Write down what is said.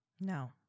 No